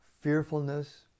fearfulness